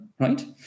right